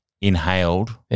inhaled